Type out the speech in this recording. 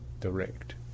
direct